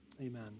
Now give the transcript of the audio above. Amen